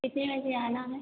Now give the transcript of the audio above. कितने बजे आना है